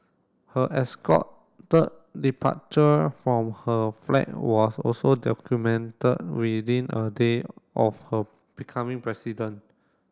her escorted departure from her flat was also documented within a day of her becoming president